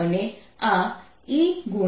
અને આ E